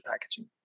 packaging